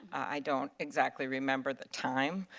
i don't exactly remember the time.